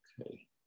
Okay